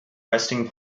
resting